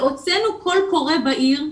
והוצאנו קול קורא בעיר,